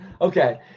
okay